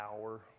hour